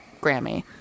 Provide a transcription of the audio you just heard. Grammy